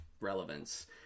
relevance